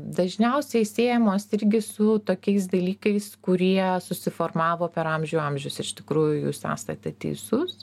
dažniausiai siejamos irgi su tokiais dalykais kurie susiformavo per amžių amžius iš tikrųjų jūs esate teisus